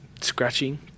Scratching